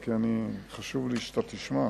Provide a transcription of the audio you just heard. כי חשוב לי שאתה תשמע.